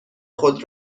خود